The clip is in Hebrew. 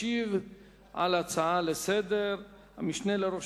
ישיב על ההצעה לסדר-היום המשנה לראש